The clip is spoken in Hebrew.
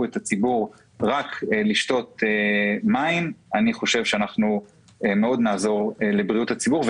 את הציבור לשתות רק מים אנחנו נעזור מאוד לבריאות הציבור.